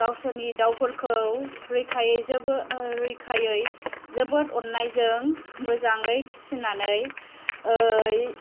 गावसोरनि दाउफोरखौ रैखायै जोबोद अननायजों मोजाङै फिसिनानै